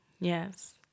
Yes